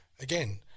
again